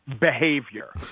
behavior